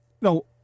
no